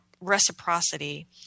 reciprocity